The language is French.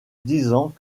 disant